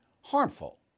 harmful